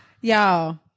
Y'all